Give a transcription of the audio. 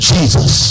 Jesus